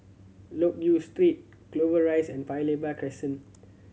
Loke Yew Street Clover Rise and Paya Lebar Crescent